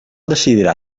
decidirà